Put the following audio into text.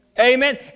Amen